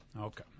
okay